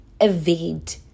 evade